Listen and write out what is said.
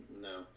no